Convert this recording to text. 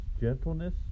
gentleness